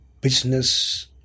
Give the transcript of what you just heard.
business